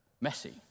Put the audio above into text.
messy